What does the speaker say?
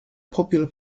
popular